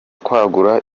kwagura